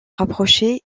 rapprochés